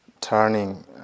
turning